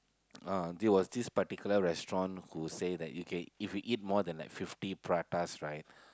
uh there was this particular restaurant who say that you can if you eat more than like fifty pratas right